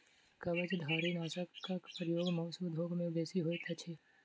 कवचधारीनाशकक प्रयोग मौस उद्योग मे बेसी होइत अछि